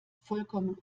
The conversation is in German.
vollkommen